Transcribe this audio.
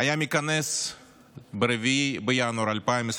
היה מכנס ב-4 בינואר 2023